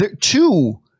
two